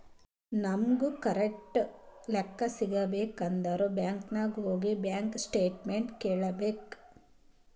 ನಮುಗ್ ಕರೆಕ್ಟ್ ಲೆಕ್ಕಾ ಸಿಗಬೇಕ್ ಅಂದುರ್ ಬ್ಯಾಂಕ್ ನಾಗ್ ಹೋಗಿ ಬ್ಯಾಂಕ್ ಸ್ಟೇಟ್ಮೆಂಟ್ ಕೇಳ್ಬೇಕ್